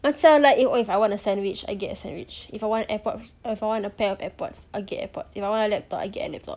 macam like i~ if I want a sandwich I get a sandwich if I want airpods if I want a pair of airpods I get airpod if I want a laptop I get a laptop